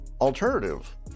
alternative